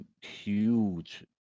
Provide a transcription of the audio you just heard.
huge